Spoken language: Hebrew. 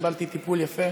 קיבלתי טיפול יפה,